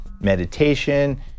meditation